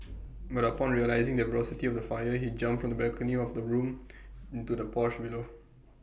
but upon realising the ferocity of the fire he jumped from the balcony of the bedroom onto the porch below